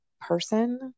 person